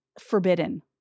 forbidden